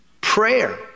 Prayer